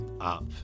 up